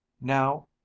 Now